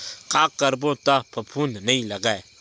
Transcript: का करबो त फफूंद नहीं लगय?